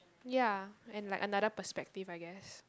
ya and like another perspective I guess